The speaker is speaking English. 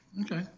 Okay